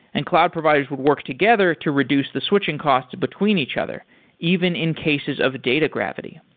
and cloud providers would work together to reduce the switching costs between each other even in cases of data gravity.